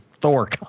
Thor